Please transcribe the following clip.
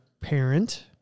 parent